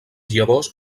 llavors